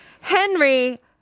Henry